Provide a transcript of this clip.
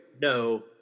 no